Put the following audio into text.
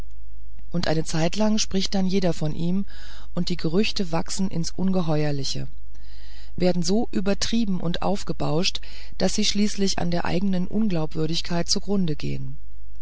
und eine zeitlang spricht dann jeder von ihm und die gerüchte wachsen ins ungeheuerliche werden so übertrieben und aufgebauscht daß sie schließlich an der eigenen unglaubwürdigkeit zugrunde gehen